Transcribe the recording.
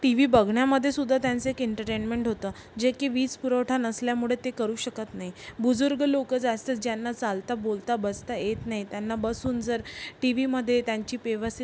T V बघण्यामध्ये सुद्धा त्यांचं एक इन्टर्टेन्मेंट होतं जे की वीजपुरवठा नसल्यामुळे ते करू शकत नाही बुजुर्ग लोक जे असतात ज्यांना चालता बोलता बसता येत नाही त्यांना बसून जर टी वीमदे त्यांची व्यवस्थित